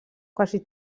quasi